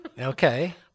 Okay